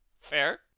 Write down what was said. fair